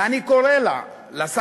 ואני קורא לה,